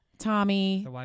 Tommy